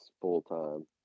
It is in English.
full-time